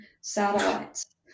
satellites